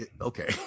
Okay